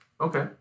Okay